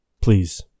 please